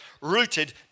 rooted